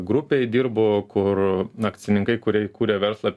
grupėj dirbu kur akcininkai kurie įkūrė verslą